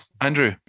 Andrew